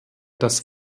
das